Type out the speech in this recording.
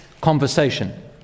conversation